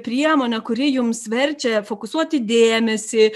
priemonę kuri jums verčia fokusuoti dėmesį